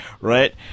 right